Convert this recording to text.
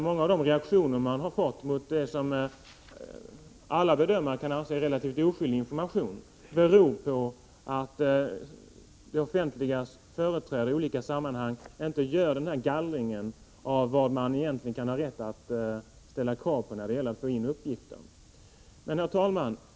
Många av de reaktioner som vi har kunnat se mot sådant som alla bedömer vara relativt oskyldig information beror på att det offentligas företrädare i olika sammanhang inte gör en gallring när det gäller vilka uppgifter som de egentligen kan ha rätt att ställa krav på att få in. Herr talman!